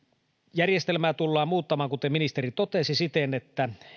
järjestelmää tullaan muuttamaan kuten ministeri totesi siten että